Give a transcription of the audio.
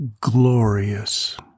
glorious